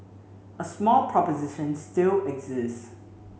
a small proposition still exists